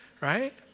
Right